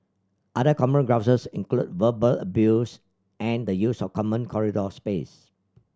other common grouses include verbal abuse and the use of common corridor space